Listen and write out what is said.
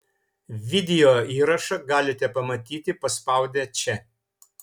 video įrašą galite pamatyti paspaudę čia